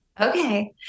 Okay